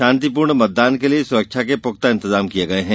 शांतिपूर्ण मतदान के लिए सुरक्षा के पुख्ता इंतजाम किये गये हैं